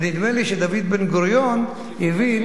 ונדמה לי שדוד בן-גוריון הבין,